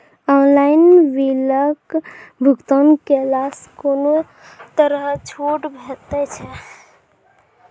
Online बिलक भुगतान केलासॅ कुनू तरहक छूट भेटै छै?